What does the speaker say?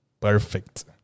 perfect